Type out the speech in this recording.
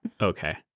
Okay